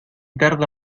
tarda